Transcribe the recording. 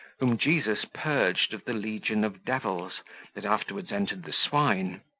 whom jesus purged of the legion of devils that afterwards entered the swine.